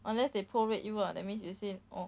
unless they pro-rate you lah that means they say orh